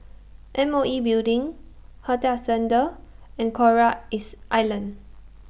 M O E Building Hotel Ascendere and Coral IS Island